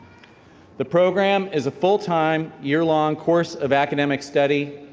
the program is a full-time, year long course of academic study,